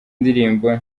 ndirimbo